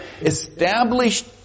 established